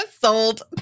sold